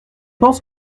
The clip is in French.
pense